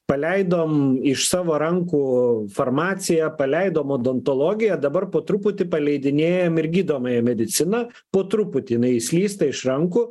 paleidom iš savo rankų farmaciją paleidom odontologiją dabar po truputį paleidinėjam ir gydomąją mediciną po truputį jinai slysta iš rankų